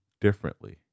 differently